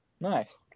Nice